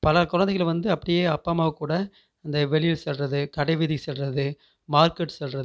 பல குழந்தைகள் வந்து அப்படியே அப்பா அம்மா கூட இந்த வெளியூர் செல்வது கடை வீதி செல்வது மார்க்கெட் செல்வது